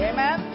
Amen